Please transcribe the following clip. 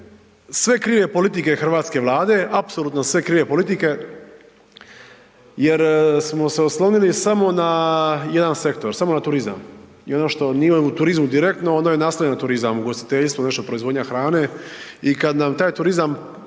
sve krive politike hrvatske Vlade, apsolutno sve krive politike jer smo se oslonili samo na jedan sektor, samo na turizam i ono što nije u turizmu direktno, ono je naslonjeno na turizam, ugostiteljstvo, još proizvodnja hrane i kad nam taj turizam